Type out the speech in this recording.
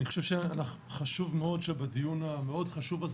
אני חושב שחשוב מאוד שבדיון המאוד חשוב הזה